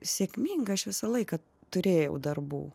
sėkminga aš visą laiką turėjau darbų